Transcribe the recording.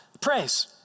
praise